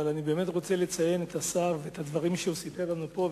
אבל אני באמת רוצה לציין את השר ואת הדברים שהוא סיפר לנו פה,